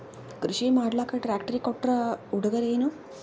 ಕೃಷಿ ಮಾಡಲಾಕ ಟ್ರಾಕ್ಟರಿ ಕೊಟ್ಟ ಉಡುಗೊರೆಯೇನ?